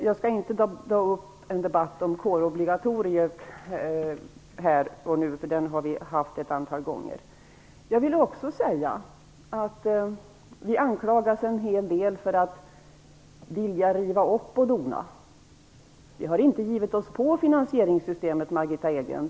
Jag skall inte ta upp en debatt om kårobligatoriet här, för den har vi fört ett antal gånger. Vi anklagas en hel del för att vilja riva upp och dona. Vi har inte givit oss på finansieringssystemet, Margitta Edgren.